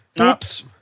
Oops